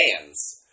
Fans